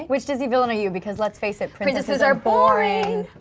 which disney villain are you? because let's face it, princesses are boring.